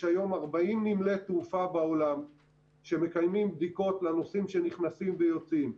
יש היום 40 נמלי תעופה בעולם שמקיימים בדיקות לנוסעים שנכנסים ויוצאים: